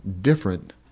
different